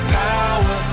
power